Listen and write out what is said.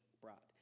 brought